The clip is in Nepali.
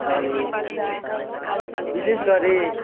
अनि विशेष गरी